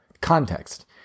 context